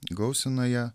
gausina ją